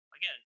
again